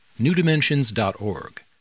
newdimensions.org